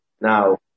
now